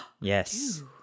Yes